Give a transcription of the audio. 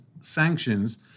sanctions